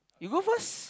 you go first